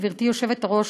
גברתי היושבת-ראש,